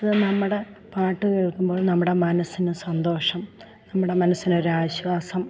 ഇത് നമ്മുടെ പാട്ട് കേൾക്കുമ്പോൾ നമ്മുടെ മനസ്സിന് സന്തോഷം നമ്മുടെ മനസ്സിന് ഒരു ആശ്വാസം